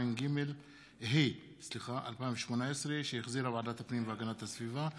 התשע"ה 2018, שהחזירה ועדת הפנים והגנת הסביבה.